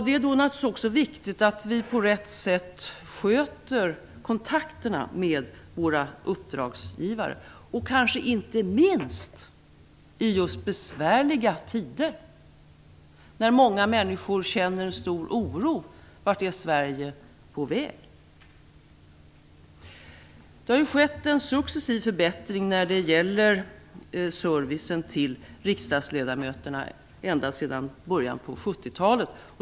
Det är naturligtvis också viktigt att vi på rätt sätt sköter kontakterna med våra uppdragsgivare, kanske inte minst i besvärliga tider när många människor känner stor oro över vart Sverige är på väg. Det har skett en successiv förbättring när det gäller servicen till riksdagsledamöterna ända sedan början på 70-talet.